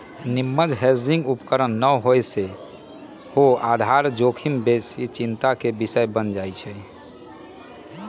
निम्मन हेजिंग उपकरण न होय से सेहो आधार जोखिम बेशीये चिंता के विषय बन जाइ छइ